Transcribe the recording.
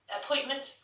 appointment